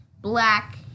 Black